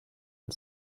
and